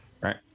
right